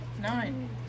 Nine